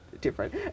Different